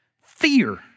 fear